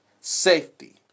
Safety